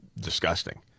disgusting